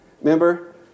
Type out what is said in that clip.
Remember